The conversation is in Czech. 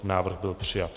Návrh byl přijat.